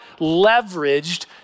leveraged